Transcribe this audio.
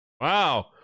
Wow